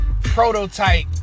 prototype